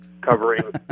covering